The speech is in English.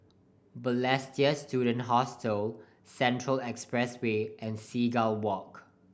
Balestier Student Hostel Central Expressway and Seagull Walk